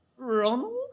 Ronald